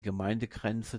gemeindegrenze